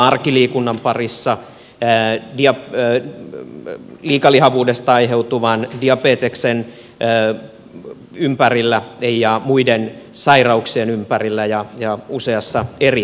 arkiliikunnan liikalihavuudesta aiheutuvan diabeteksen ympärillä ja muiden sairauksien ympärillä ja useassa eri kohdassa